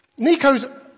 Nico's